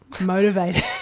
motivated